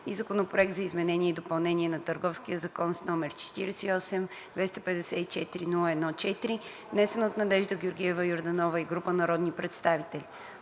Законопроект за изменение и допълнение на Търговския закон, № 48-254-01-4, внесен от Надежда Йорданова и група народни представители.